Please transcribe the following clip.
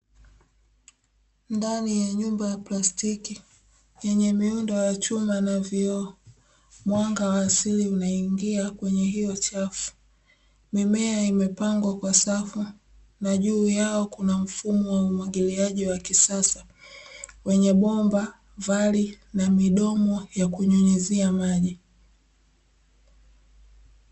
Ndani ya nyumba ya plastiki yenye miundo ya chuma na vioo, mwanga wa asili unaingia kwenye hiyo safu. Mimea imepangwa kwa safu na juu yake kuna mfumo wa umwagiliaji wa kisasa wenye bomba, vali na midomo yakunyunyizia maji.